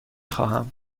خواهم